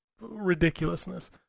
ridiculousness